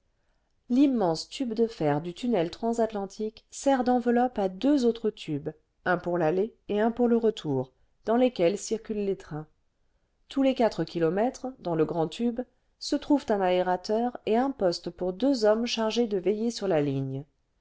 l'immense tube de fer du tunnel transatlantique sert d'enveloppe à deux autres tubes un pour l'aller et un pour le retour dans lesquels circulent les trains tous les quatre kilomètres dans le grand tube se trouvent un a des le vingtième siècle un aérateur et un posta pour deux hommes chargés de veiller sur la ligne